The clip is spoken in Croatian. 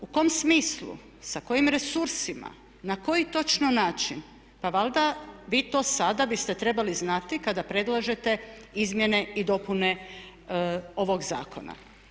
U kom smislu sa kojim resursima, na koji točno način, pa valjda vi to sada biste trebali znati kada predlažete izmjene i dopune ovog zakona.